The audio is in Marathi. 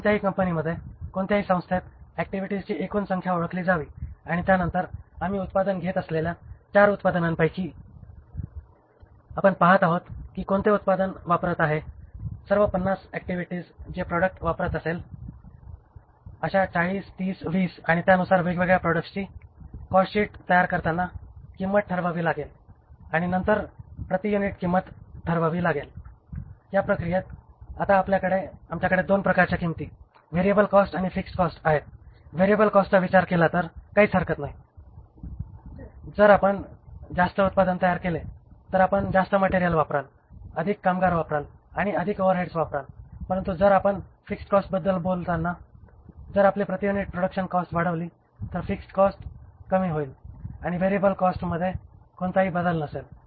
कुठल्याही कंपनीमध्ये कोणत्याही संस्थेत ऍक्टिव्हिटीजची एकूण संख्या ओळखली जावी आणि त्यानंतर आम्ही उत्पादन घेत असलेल्या चार उत्पादनांपैकी आपण पाहत आहोत की कोणते उत्पादन वापरत आहे सर्व 50 ऍक्टिव्हिटीज जे ते प्रॉडक्ट वापरत आहे अशा 40 30 20 आणि त्यानुसार वेगवेगळ्या प्रॉडक्ट्सची कॉस्टशीट तयार करताना किंमत ठरवावी लागेल आणि नंतर प्रति युनिट किंमत ठरवावी लागेल या संपूर्ण प्रक्रियेत आता आमच्याकडे दोन प्रकारची किंमत व्हेरिएबल कॉस्ट आणि फिक्स्ड कॉस्ट आहे व्हेरिएबल कॉस्टचा विचार केला तर काहीच हरकत नाही जर आपण जास्त उत्पादन तयार केले तर आपण जास्त मटेरियल वापराल आपण अधिक कामगार वापराल आणि अधिक ओव्हरहेड वापराल परंतु जर आपण फिक्स्ड कॉस्टबद्दल बोलताना जर आपण प्रति युनिट प्रोडक्शन कॉस्ट वाढविली तर फिक्स्ड कॉस्ट कमी होईल आणि व्हेरिएबल कॉस्टमध्ये कोणताही बदल नसेल